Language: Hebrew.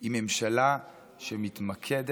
היא ממשלה שמתמקדת